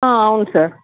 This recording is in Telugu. అవును సార్